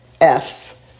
Fs